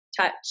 touch